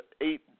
eight